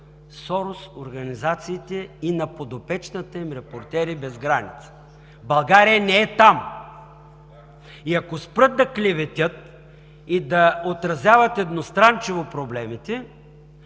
Сорос организациите и на подопечната им „Репортери без граници“. България не е там и ако спрат да клеветят и да отразяват едностранчиво проблемите